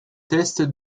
tests